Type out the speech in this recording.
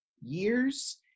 years